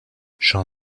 jean